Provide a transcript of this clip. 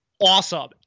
awesome